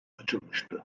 açılmıştı